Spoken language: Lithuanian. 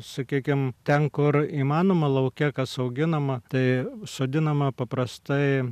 sakykim ten kur įmanoma lauke kas auginama tai sodinama paprastai